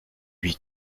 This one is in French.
lui